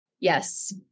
Yes